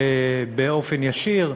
באופן ישיר,